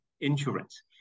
insurance